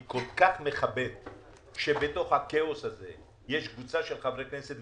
אני כל כך מכבד את זה שבתוך הכאוס הזה יש קבוצת חברי כנסת,